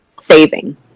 saving